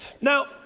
Now